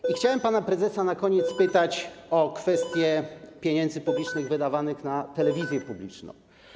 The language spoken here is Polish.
I chciałem pana prezesa na koniec spytać o kwestie pieniędzy publicznych wydawanych na telewizję publiczną.